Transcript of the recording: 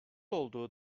olduğu